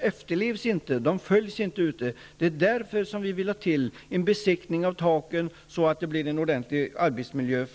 efterlevs inte. Det är därför vi vill ha en besiktning av taken, så att takarbetarna kan få en ordentlig arbetsmiljö.